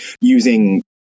using